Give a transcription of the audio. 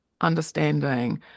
understanding